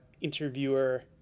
interviewer